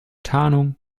tarnung